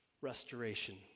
restoration